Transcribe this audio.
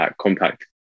compact